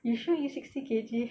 you sure you sixty K_G